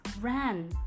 ran